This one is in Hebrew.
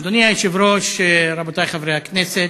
אדוני היושב-ראש, רבותי חברי הכנסת,